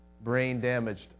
brain-damaged